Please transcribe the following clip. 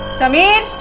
sameer.